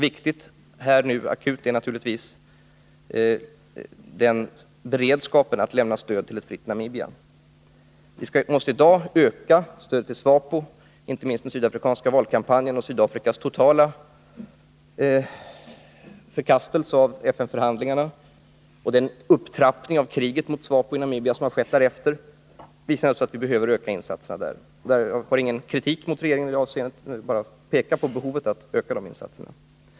Viktig och akut nu är naturligtvis beredskapen att lämna stöd till ett fritt Namibia. Vi måste i dag öka stödet till SWAPO. Inte minst den sydafrikanska valkampanjen och Sydafrikas totala förkastelse av FN-förhandlingarna och den upptrappning av kriget mot SWAPO i Namibia som skett därefter visar att vi behöver öka insatserna där. Jag har ingen kritik mot regeringen i det avseendet utan pekar bara på behovet av att öka insatserna.